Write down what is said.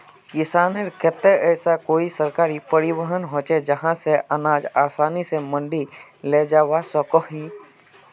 किसानेर केते ऐसा कोई सरकारी परिवहन होचे जहा से अनाज आसानी से मंडी लेजवा सकोहो ही?